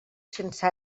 sense